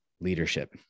leadership